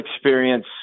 experience